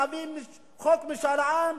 מביאים חוק משאל עם,